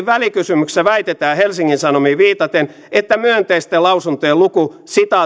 välikysymyksessä väitetään helsingin sanomiin viitaten että myönteisten lausuntojen luku